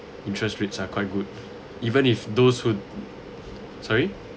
interest rates are quite good even if those who'd sorry